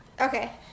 Okay